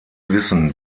wissen